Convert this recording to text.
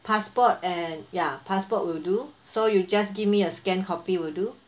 passport and ya passport will do so you just give me a scanned copy will do